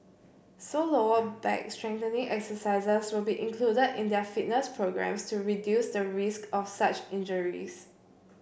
so lower back strengthening exercises will be included in their fitness programmes to reduce the risk of such injuries